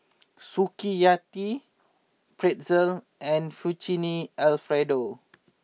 Sukiyaki Pretzel and Fettuccine Alfredo